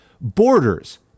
Borders